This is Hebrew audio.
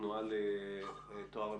התנועה לטוהר המידות,